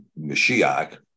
Mashiach